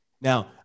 now